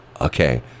okay